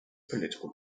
political